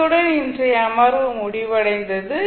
இத்துடன் இன்றைய அமர்வு முடிவடைந்தது